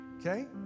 Okay